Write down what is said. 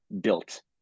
built